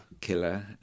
Killer